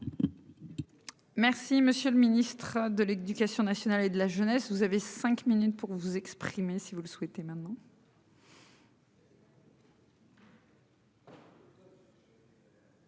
Merci monsieur le ministre de l'Éducation nationale et de la jeunesse, vous avez 5 minutes pour vous exprimer, si vous le souhaitez maman.